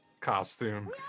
Costume